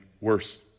worse